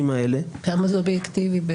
האלה --- עד כמה זה אובייקטיבי?